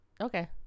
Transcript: Okay